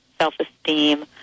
self-esteem